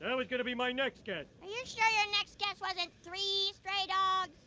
and was going to be my next guess. are you sure your next guess wasn't three stray dogs?